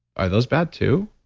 are those bad too?